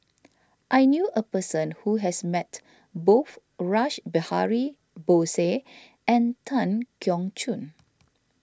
I knew a person who has met both Rash Behari Bose and Tan Keong Choon